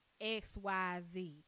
xyz